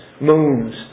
moons